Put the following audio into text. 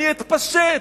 אני אתפשט,